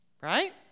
Right